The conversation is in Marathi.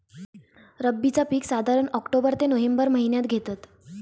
रब्बीचा पीक साधारण ऑक्टोबर ते नोव्हेंबर महिन्यात घेतत